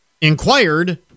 inquired